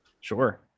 sure